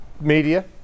media